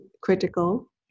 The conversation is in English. critical